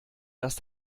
dass